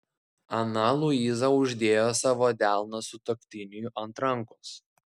ana luiza uždėjo savo delną sutuoktiniui ant rankos